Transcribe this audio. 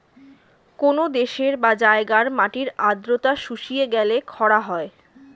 কোন দেশের বা জায়গার মাটির আর্দ্রতা শুষিয়ে গেলে খরা হয়